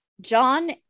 John